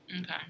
Okay